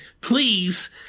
please